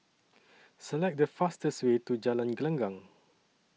Select The fastest Way to Jalan Gelenggang